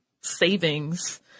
savings